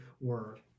word